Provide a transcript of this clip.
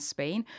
Spain